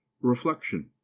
reflection